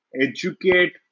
educate